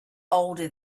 older